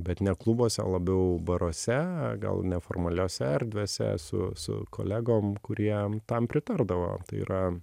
bet ne klubuose o labiau baruose gal neformaliose erdvėse su su kolegom kurie tam pritardavo tai yra